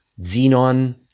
xenon